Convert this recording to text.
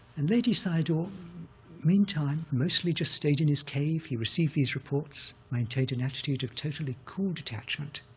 and ledi sayadaw, meantime, mostly just stayed in his cave. he received these reports, maintained an attitude of totally cool detachment,